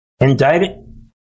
indicted